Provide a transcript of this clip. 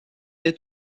est